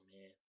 man